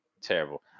Terrible